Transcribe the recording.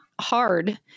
hard